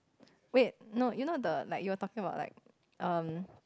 wait no you know the like you are talking about like um